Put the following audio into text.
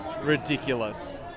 ridiculous